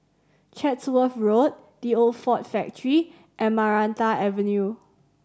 Chatsworth Road The Old Ford Factory and Maranta Avenue